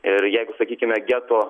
ir jeigu sakykime geto